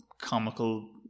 comical